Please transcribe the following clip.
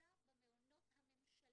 תפוסה במעונות הממשלתיים.